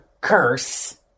curse